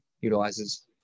utilizes